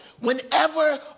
whenever